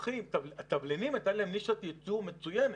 לתבלינים הייתה נישת יצוא מצוינת.